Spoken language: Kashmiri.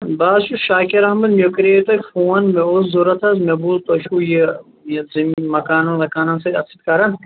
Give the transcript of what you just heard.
بہٕ حظ چھُس شاکِر احمد مےٚ کَرے تۄہہِ فون مےٚ اوس ضوٚرتھ حظ مےٚ بوٗز تۄہہِ چھو یہِ یہِ زٔمیٖن مَکانن وکانن اَتھ سۭتۍ کَرٕنۍ